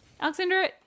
Alexandra